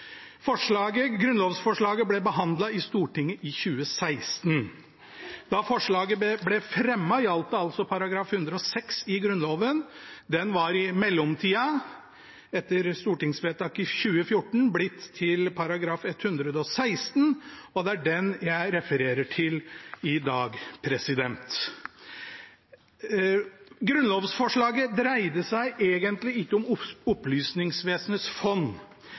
Forslaget gjaldt forvaltning av geistlighetens benefiserte gods, altså Opplysningsvesenets fond. Grunnlovsforslaget ble behandlet i Stortinget i 2016. Da forslaget ble fremmet, gjaldt det § 106 i Grunnloven. Den var i mellomtida, etter stortingsvedtak i 2014, blitt til § 116, og det er den jeg refererer til i dag. Grunnlovsforslaget dreide seg egentlig ikke om Opplysningsvesenets fond,